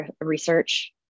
research